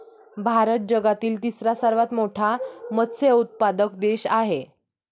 भारत जगातील तिसरा सर्वात मोठा मत्स्य उत्पादक देश आहे